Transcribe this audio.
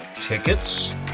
tickets